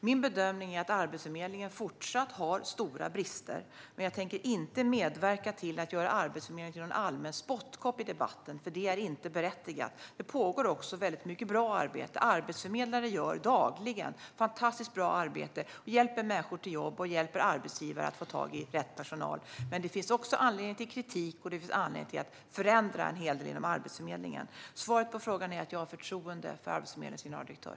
Min bedömning är att Arbetsförmedlingen fortsätter att ha stora brister, men jag tänker inte medverka till att göra Arbetsförmedlingen till någon allmän spottkopp i debatten, för det är inte berättigat. Det pågår också väldigt mycket bra arbete. Arbetsförmedlare gör dagligen fantastiskt bra arbete och hjälper människor till jobb och hjälper arbetsgivare att få tag i rätt personal. Men det finns också anledning till kritik, och det finns anledning att förändra en hel del inom Arbetsförmedlingen. Svaret på frågan är att jag har förtroende för Arbetsförmedlingens generaldirektör.